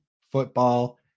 Football